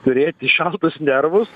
turėti šaltus nervus